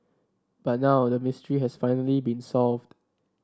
but now the mystery has finally been solved